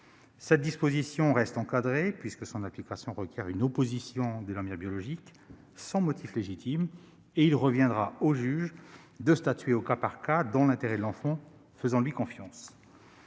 Cette disposition reste encadrée, puisque son application requiert une opposition de la mère biologique « sans motif légitime ». Il reviendra au juge de statuer au cas par cas, dans l'intérêt de l'enfant. Faisons-lui confiance